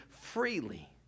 freely